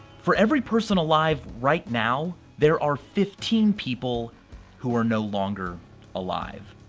for every person alive right now, there are fifteen people who are no longer alive.